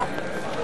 לא נתקבלה.